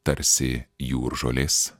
tarsi jūržolės